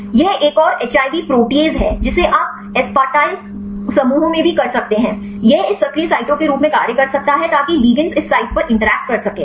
यह एक और एचआईवी प्रोटीज़ है जिसे आप एस्पार्टिल समूहों में भी कर सकते हैं यह इस सक्रिय साइटों के रूप में कार्य कर सकता है ताकि लिगेंड्स इस साइट पर बातचीत कर सकें